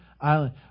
Island